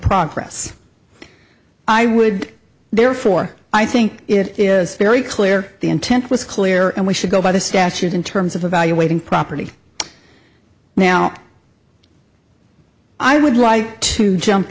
progress i would therefore i think it is very clear the intent was clear and we should go by the statute in terms of evaluating property now i would like to jump